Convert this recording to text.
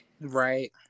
Right